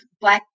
Black